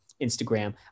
Instagram